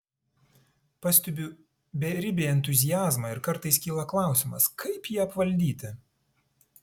pastebiu beribį entuziazmą ir kartais kyla klausimas kaip jį apvaldyti